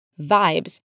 Vibes